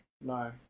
no